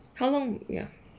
how long ya